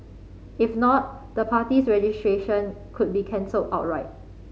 if not the party's registration could be cancelled outright